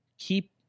Keep